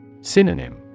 Synonym